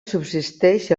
subsisteix